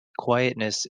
quietness